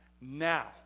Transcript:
now